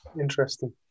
interesting